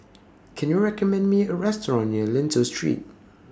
Can YOU recommend Me A Restaurant near Lentor Street